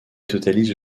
totalise